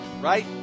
right